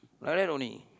like that only